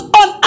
on